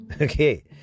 okay